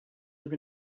live